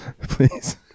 please